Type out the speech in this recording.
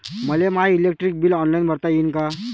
मले my electric bill online भरता येईन का?